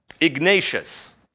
Ignatius